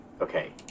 okay